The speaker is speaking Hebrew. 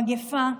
מגפה,